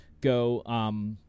go